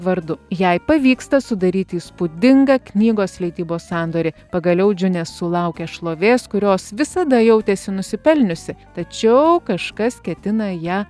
vardu jei pavyksta sudaryti įspūdingą knygos leidybos sandorį pagaliau džiunė sulaukia šlovės kurios visada jautėsi nusipelniusi tačiau kažkas ketina ją